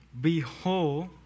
behold